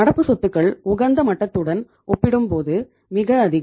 நடப்பு சொத்துக்கள் உகந்த மட்டத்துடன் ஒப்பிடும்போது மிக அதிகம்